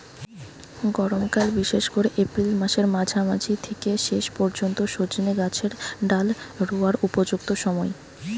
গরমকাল বিশেষ কোরে এপ্রিল মাসের মাঝামাঝি থিকে শেষ পর্যন্ত সজনে গাছের ডাল রুয়ার উপযুক্ত সময়